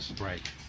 Right